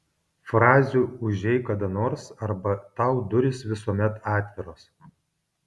frazių užeik kada nors arba tau durys visuomet atviros